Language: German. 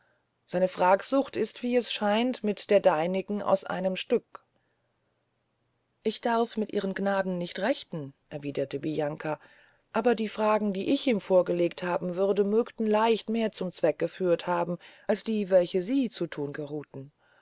seine fragsucht ist wie es scheint mit der deinigen aus einem stück ich darf mit ihren gnaden nicht rechten erwiederte bianca aber die fragen die ich ihm vorgelegt haben würde mögten leicht mehr zum zweck geführt haben als die welche sie zu thun